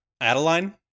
Adeline